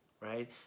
right